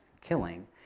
killing